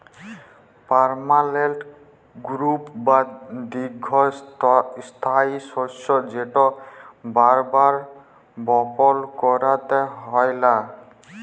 permanent crop বা দীঘ্ঘস্থায়ী শস্য যেট বার বার বপল ক্যইরতে হ্যয় লা